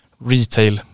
retail